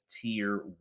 tier